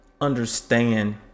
understand